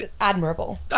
Admirable